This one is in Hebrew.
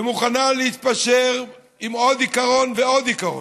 ומוכנה להתפשר עם עוד עיקרון ועוד עיקרון,